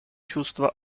чувство